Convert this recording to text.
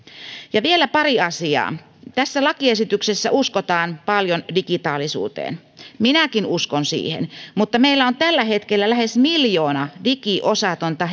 vielä pari asiaa tässä lakiesityksessä uskotaan paljon digitaalisuuteen minäkin uskon siihen mutta meillä on tällä hetkellä lähes miljoona digiosatonta